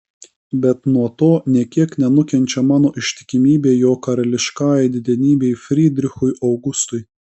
bet nuo to nė kiek nenukenčia mano ištikimybė jo karališkajai didenybei frydrichui augustui